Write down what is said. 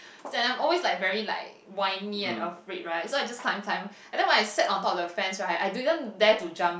and I'm always like very like whiny and afraid right so I just climb climb and then when I sat on top of the fence right I didn't dare to jump